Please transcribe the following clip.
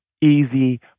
easy